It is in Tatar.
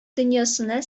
дөньясына